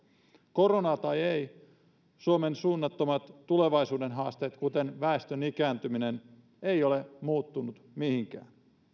koronaa tai ei suomen suunnattomat tulevaisuuden haasteet kuten väestön ikääntyminen eivät ole muuttuneet mihinkään